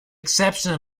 exception